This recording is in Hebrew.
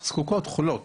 חולות.